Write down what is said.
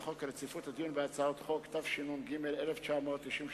כ/240, הצעת חוק איכות הסביבה (המזהם משלם) (דרכי